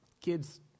Kids